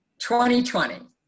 2020